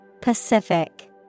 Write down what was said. Pacific